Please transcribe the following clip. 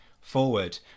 forward